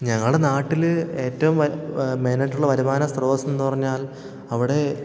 ഞങ്ങളുടെ നാട്ടിൽ ഏറ്റവും മെയിനായിട്ടുള്ള വരുമാന സ്രോതസ്സ് എന്നു പറഞ്ഞാൽ അവിടെ